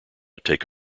take